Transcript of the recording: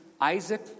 Isaac